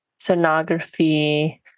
sonography